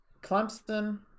Clemson